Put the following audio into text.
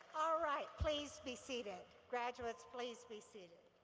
all right, please be seated. graduates, please be seated.